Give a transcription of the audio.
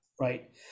right